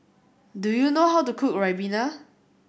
do you know how to cook Ribena